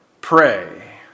pray